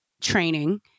training